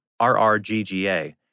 RRGGA